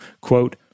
Quote